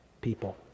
people